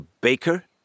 baker